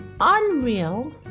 Unreal